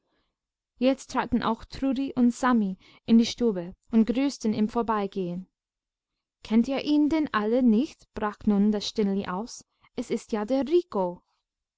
jetzt traten auch trudi und sami in die stube und grüßten im vorbeigehen kennt ihr ihn denn alle nicht brach nun das stineli aus es ist ja der rico